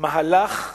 פה מהלך שאולי,